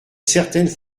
certaines